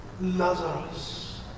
Lazarus